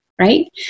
right